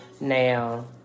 Now